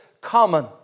common